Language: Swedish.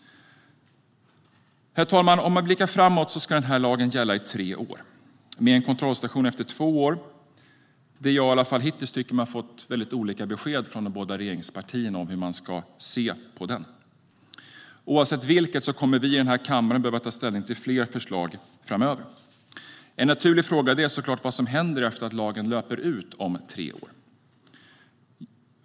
Herr talman! Den här lagen ska gälla i tre år med en kontrollstation efter två år. Vad gäller kontrollstationen tycker jag att de båda regeringspartierna hittills har gett väldigt olika besked om hur man ska se på den. Hur som helst kommer vi i denna kammare att behöva ta ställning till fler förslag framöver. En naturlig fråga är såklart vad som händer efter att lagen löper ut om tre år.